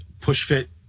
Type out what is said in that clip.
push-fit